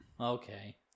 Okay